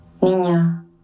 niña